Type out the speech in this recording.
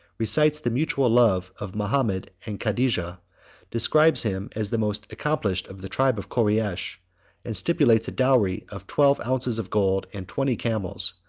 recites the mutual love of mahomet and cadijah describes him as the most accomplished of the tribe of koreish and stipulates a dowry of twelve ounces of gold and twenty camels,